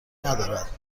ندارد